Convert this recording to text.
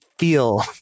Feel